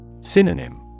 Synonym